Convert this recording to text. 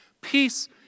Peace